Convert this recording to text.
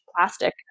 plastic